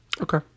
okay